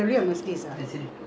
mister pang காடி தானே:kaadi thaanae